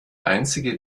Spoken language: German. einzige